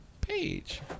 page